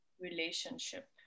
relationship